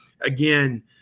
again